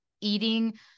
eating